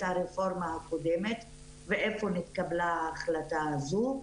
הרפורמה הקודמת ואיפה התקבלה ההחלטה הזו.